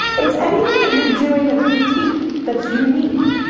it's anything that you're doing. that's boutique. that's unique